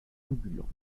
ambulant